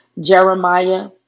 Jeremiah